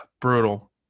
brutal